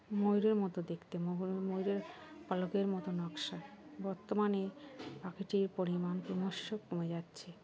ময়ূরের মতো দেখতে ম ময়ূরের পালকের মতো নকশা বর্তমানে পাখিটির পরিমাণ ক্রমশ কমে যাচ্ছে